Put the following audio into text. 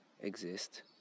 exist